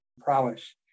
prowess